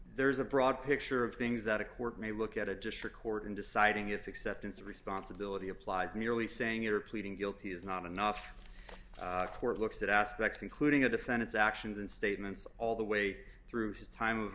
there's a broad picture of things that a court may look at a district court and deciding if acceptance of responsibility applies merely saying you're pleading guilty is not enough court looks at aspects including a defendant's actions and statements all the way through his time of